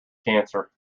cancer